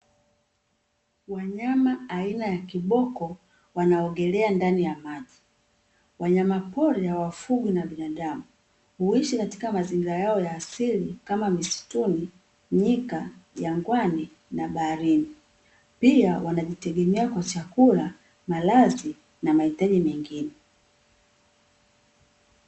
wanyama aina ya kiboko wanaogelea ndani ya maji , wanyama pori hawafugwi na binadamu, huishi katika mazingira yao ya asili kama misituni, nyika, jangwani na baharini. Pia wanajitegemea kwa chakula ,malazi na mahitaji mengine.